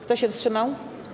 Kto się wstrzymał?